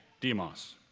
Demos